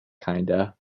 kinda